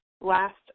last